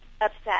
upset